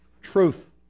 truth